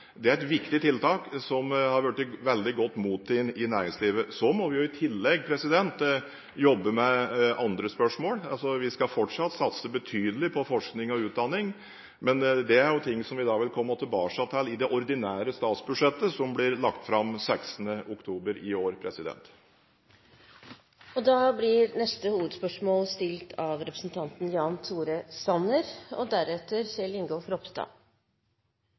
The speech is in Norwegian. Det er et viktig tiltak som har vært veldig godt mottatt i næringslivet. Så må vi i tillegg jobbe med andre spørsmål. Vi skal fortsatt satse betydelig på forskning og utdanning, men det er ting som vi vil komme tilbake til i det ordinære statsbudsjettet som blir lagt fram 14. oktober i år. Vi går videre til neste hovedspørsmål.